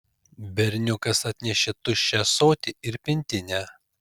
berniukas atnešė tuščią ąsotį ir pintinę